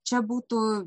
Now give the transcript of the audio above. čia būtų